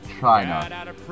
China